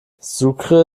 sucre